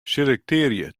selektearje